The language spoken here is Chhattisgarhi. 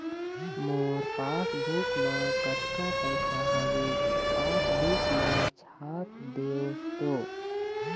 मोर पासबुक मा कतका पैसा हवे पासबुक मा छाप देव तो?